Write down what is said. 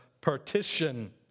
partition